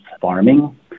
farming